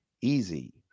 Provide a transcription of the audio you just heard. easy